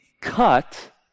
cut